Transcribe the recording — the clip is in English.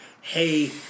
hey